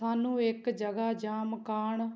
ਸਾਨੂੰ ਇੱਕ ਜਗ੍ਹਾ ਜਾਂ ਮਕਾਨ